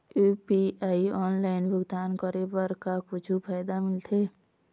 UPI online भुगतान करे बर का कुछू फायदा मिलथे?